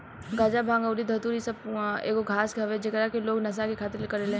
गाजा, भांग अउरी धतूर इ सब एगो घास हवे जेकरा से लोग नशा के खातिर करेले